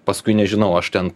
paskui nežinau aš ten